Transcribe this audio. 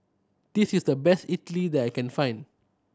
this is the best Idili that I can find